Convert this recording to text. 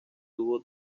tuvo